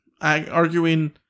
arguing